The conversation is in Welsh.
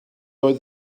oedd